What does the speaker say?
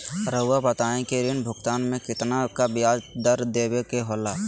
रहुआ बताइं कि ऋण भुगतान में कितना का ब्याज दर देवें के होला?